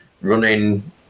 running